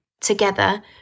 Together